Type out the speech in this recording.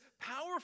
powerful